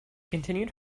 continued